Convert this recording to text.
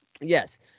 yes